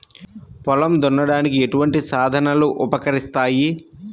పొలం దున్నడానికి ఎటువంటి సాధనలు ఉపకరిస్తాయి?